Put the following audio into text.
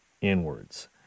inwards